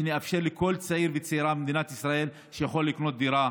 שנאפשר לכל צעיר וצעירה במדינת ישראל לקנות דירה,